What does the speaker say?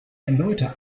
erneute